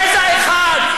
גזע אחד,